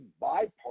bipartisan